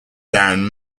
down